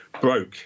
broke